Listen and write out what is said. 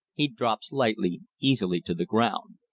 he drops lightly, easily to the ground.